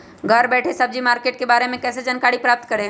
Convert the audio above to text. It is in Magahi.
घर बैठे सब्जी मार्केट के बारे में कैसे जानकारी प्राप्त करें?